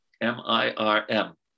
M-I-R-M